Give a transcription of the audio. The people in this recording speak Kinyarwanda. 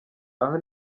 aha